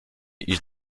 iść